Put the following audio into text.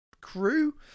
crew